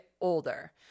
older